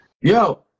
yo